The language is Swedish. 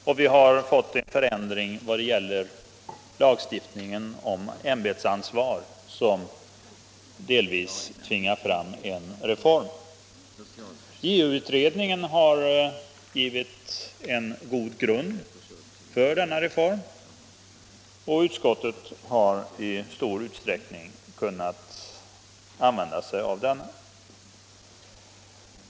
Arbetsbelastningen har blivit väl stor, och lagstiftningen om ämbetsansvar har förändrats på ett sätt som tvingar fram en reform. JO-utredningen har givit en god grund för denna reform, och utskottet har i stor utsträckning kunnat använda sig av utredningens Nr 24 förslag.